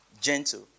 gentle